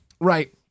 Right